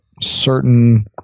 certain